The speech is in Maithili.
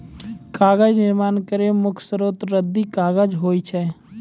कागज निर्माण केरो मुख्य स्रोत रद्दी कागज होय छै